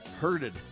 herded